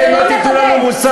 אתם לא תיתנו לנו מוסר.